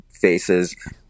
faces